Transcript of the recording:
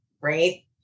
right